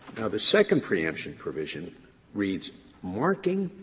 the second preemption provision reads marking,